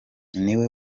niwe